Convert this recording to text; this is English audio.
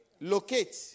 Locate